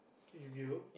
Yugioh